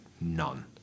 none